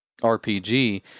RPG